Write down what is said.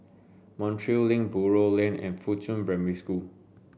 Montreal Link Buroh Lane and Fuchun Primary School